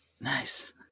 nice